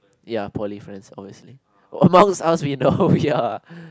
ya poly friends obviously amongst us we know ya